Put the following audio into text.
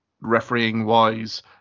refereeing-wise